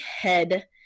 head